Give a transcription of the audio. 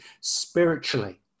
spiritually